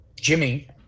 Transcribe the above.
Jimmy